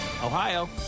Ohio